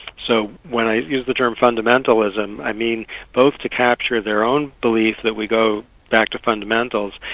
so when i use the term fundamentalism, i mean both to capture their own belief that we go back to fundamentals,